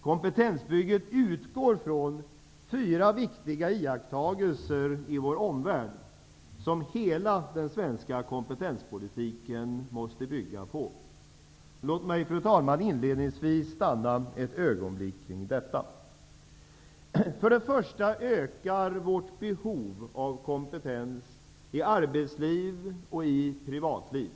Kompetensbygget utgår från fyra viktiga iakttagelser i vår omvärld som hela den svenska kompetenspolitiken måste bygga på. Låt mig, fru talman, inledningsvis stanna ett ögonblick kring detta. För det första ökar vårt behov av kompetens i arbetsliv och i privatliv.